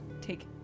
take